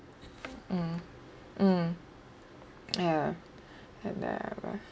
mm mm ya I never